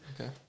Okay